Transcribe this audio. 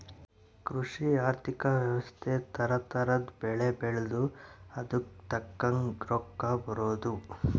ಕೃಷಿ ಆರ್ಥಿಕ ವ್ಯವಸ್ತೆ ತರ ತರದ್ ಬೆಳೆ ಬೆಳ್ದು ಅದುಕ್ ತಕ್ಕಂಗ್ ರೊಕ್ಕ ಬರೋದು